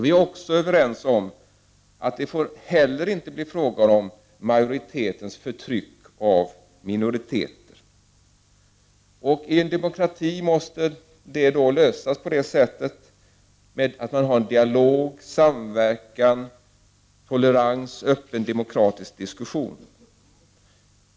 Vi är också överens om att det inte heller får bli fråga om majoritetens förtryck av minoriteter. I en demokrati måste detta lösas genom en dialog, samverkan, tolerans och öppen demokratisk diskussion.